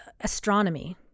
astronomy